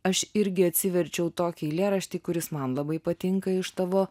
aš irgi atsiverčiau tokį eilėraštį kuris man labai patinka iš tavo